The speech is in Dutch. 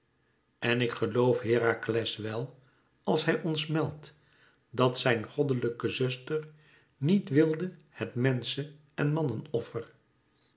en ik geloof herakles wel als hij ons meldt dat zijn goddelijke zuster niet wilde het menscheen